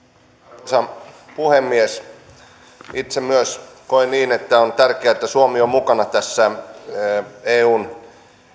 arvoisa puhemies myös itse koen niin että on tärkeää että suomi on mukana tässä eun